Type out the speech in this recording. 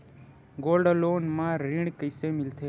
Gold loan म ऋण कइसे मिलथे?